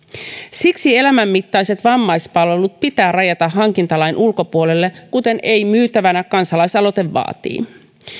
siksi elämänmittaiset vammaispalvelut pitää rajata hankintalain ulkopuolelle kuten ei myytävänä kansalaisaloite vaatii